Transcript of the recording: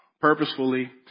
purposefully